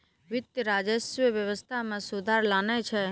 वित्त, राजस्व व्यवस्था मे सुधार लानै छै